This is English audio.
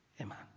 amen